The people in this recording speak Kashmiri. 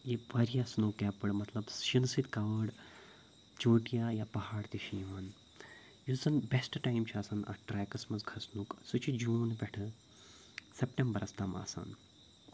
یہِ واریاہ سٕنوکیپٕڈ مَطلَب شیٖنہٕ سۭتۍ کَوٲڈ چوٹِیاں یا پَہاڑ تہِ چھِ یِوان یُس زَن بٮ۪سٹ ٹایم چھُ آسان اَتھ ٹرٛیکَس منٛز کھَژنُک سُہ چھُ جوٗن پٮ۪ٹھٕ سٮ۪پٹیمبَرَس تام آسان